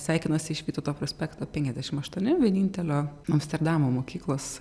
sveikinuosi iš vytauto prospekto penkiadešim aštuoni vienintelio amsterdamo mokyklos